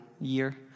year